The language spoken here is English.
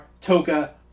Toka